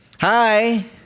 Hi